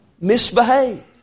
misbehave